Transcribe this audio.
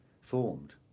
formed